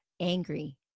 angry